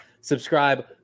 subscribe